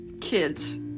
kids